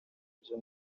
byo